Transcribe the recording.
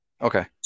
okay